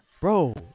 Bro